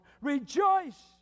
Rejoice